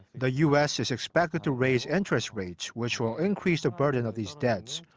the u s. is expected to raise interest rates, which will increase the burden of these debts,